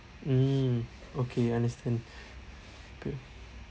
mm okay understand